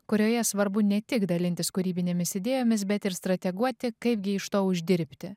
kurioje svarbu ne tik dalintis kūrybinėmis idėjomis bet ir strateguoti kaipgi iš to uždirbti